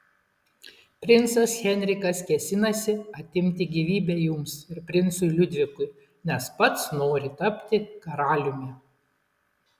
princas henrikas kėsinasi atimti gyvybę jums ir princui liudvikui nes pats nori tapti karaliumi